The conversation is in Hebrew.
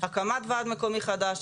הקמת ועד מקומי חדש,